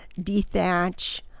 dethatch